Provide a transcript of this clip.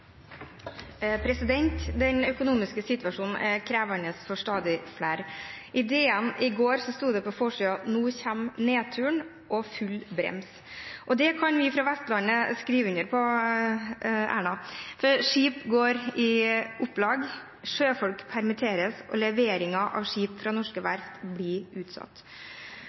på forsiden: «Nå kommer nedturen» og «full brems». Det kan vi fra Vestlandet skrive under på. Skip går i opplag, sjøfolk permitteres, og leveringen av skip fra norske verft blir utsatt.